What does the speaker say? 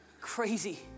Crazy